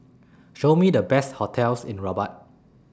Show Me The Best hotels in Rabat